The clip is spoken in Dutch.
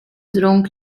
dronk